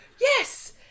yes